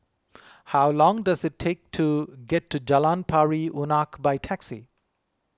how long does it take to get to Jalan Pari Unak by taxi